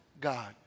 God